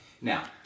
Now